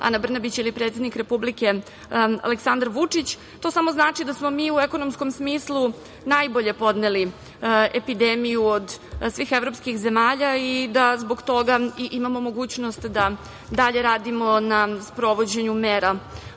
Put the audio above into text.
Ana Brnabić ili predsednik Republike Aleksandar Vučić. To samo znači da smo mi u ekonomskom smislu najbolje podneli epidemiju od svih evropskih zemalja i da zbog toga i imamo mogućnost da dalje radimo na sprovođenju mera